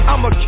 I'ma